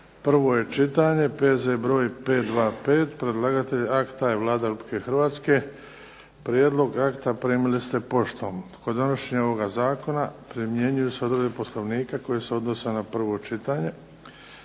prvo čitanje, P.Z. br. 525. Predlagatelj akta je Vlada Republike Hrvatske, prijedlog Akta primili ste poštom. Kod donošenja ovog Zakona primjenjuju se odredbe Poslovnika koje se odnose na prvo čitanje.